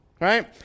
right